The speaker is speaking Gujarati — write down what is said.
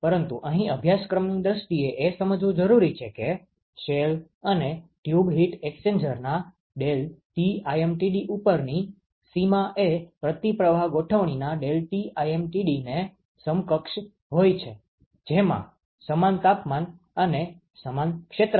પરંતુ અહી અભ્યાસક્રમની દ્રષ્ટીએ એ સમજવું જરૂરી છે કે શેલ અને ટ્યુબ હીટ એક્સ્ચેન્જરના ∆Tlmtd ઉપરની સીમા એ પ્રતિપ્રવાહ ગોઠવણીના ∆Tlmtd ને સમકક્ષ હોઈ છે જેમાં સમાન તાપમાન અને સમાન ક્ષેત્રફળ છે